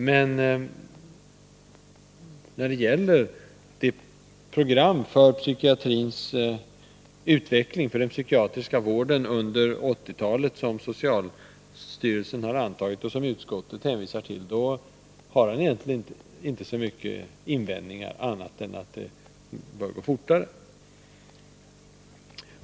Meni fråga om det program för den psykiska vården under 1980-talet, som socialstyrelsen har antagit, och som utskottet hänvisar till, har Jörn Svensson egentligen inte så många invändningar, annat än att han anser att det bör gå fortare.